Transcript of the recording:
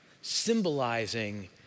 symbolizing